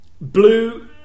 Blue